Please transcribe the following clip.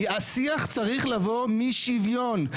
השיח צריך לבוא משוויון,